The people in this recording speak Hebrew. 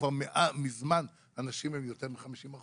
כבר מזמן הנשים הן יותר מ-50%,